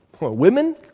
Women